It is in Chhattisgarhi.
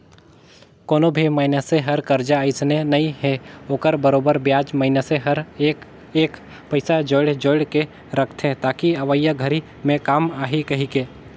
कोनो भी मइनसे हर करजा अइसने नइ हे ओखर बरोबर बियाज मइनसे हर एक एक पइसा जोयड़ जोयड़ के रखथे ताकि अवइया घरी मे काम आही कहीके